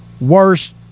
Worst